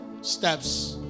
steps